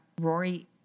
Rory